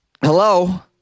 Hello